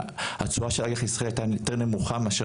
התשואה של אג"ח ישראל הייתה יותר נמוכה מאשר